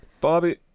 Bobby